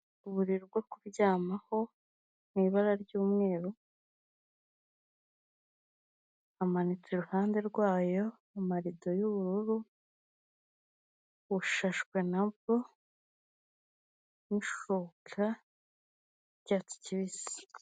Uburiri bwo kuryamaho mu ibara ry'umweru, hamanitse iruhande rwayo amarido y'ubururu, bushashwe na bwo n'ishuka y'icyatsi kibisi.